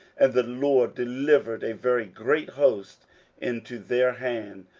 and the lord delivered a very great host into their hand,